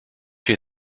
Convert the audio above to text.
you